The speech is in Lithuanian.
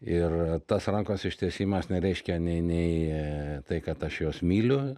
ir tas rankos ištiesimas nereiškia nei nei tai kad aš juos myliu